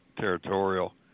territorial